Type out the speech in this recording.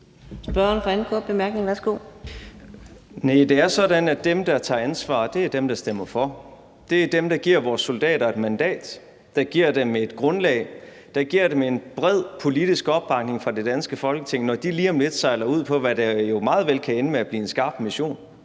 Det er sådan, at dem, der tager ansvar, er dem, der stemmer for. Det er dem, der giver vores soldater et mandat, giver dem et grundlag og giver dem en bred politisk opbakning fra det danske Folketing, når de lige om lidt sejler ud på, hvad der jo meget vel kan ende med at blive en skarp mission.